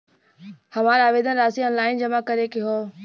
हमार आवेदन राशि ऑनलाइन जमा करे के हौ?